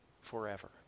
forever